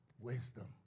Wisdom